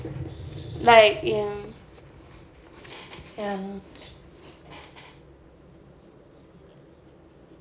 like ya ya